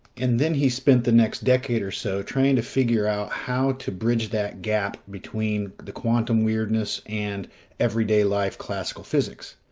and then he spent the next decade or so trying to figure out how to bridge that gap between the quantum weirdness, and everyday life classical physics.